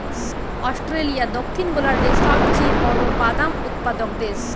Australia দক্ষিণ গোলার্ধের সবচেয়ে বড় বাদাম উৎপাদক দেশ